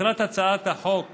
מטרת הצעת החוק